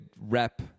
rep